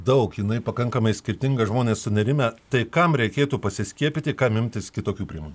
daug jinai pakankamai skirtinga žmonės sunerimę tai kam reikėtų pasiskiepyti kam imtis kitokių priemonių